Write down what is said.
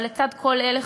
אבל לצד כל אלה,